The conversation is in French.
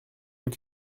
deux